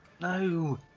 No